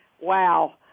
Wow